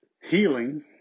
healing